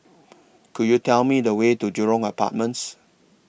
Could YOU Tell Me The Way to Jurong Apartments